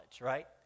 right